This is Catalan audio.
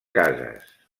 cases